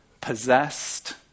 possessed